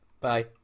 Bye